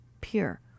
pure